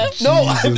No